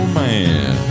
man